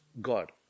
God